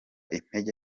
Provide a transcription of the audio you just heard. intege